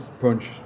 punch